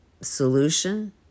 solution